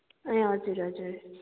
ए हजुर हजुर